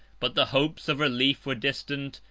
but the hopes of relief were distant,